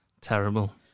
Terrible